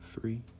three